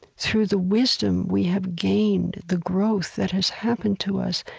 through the wisdom we have gained, the growth that has happened to us.